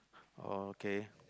okay